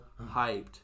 hyped